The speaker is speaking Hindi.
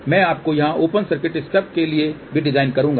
मैं आपको यहां ओपन सर्किट स्टब के लिए भी डिजाइन दूंगा